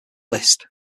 list